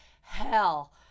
hell